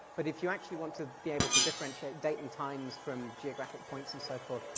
but if you actually want to be able to differentiate date and times from geographic points and so forth,